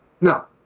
No